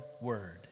word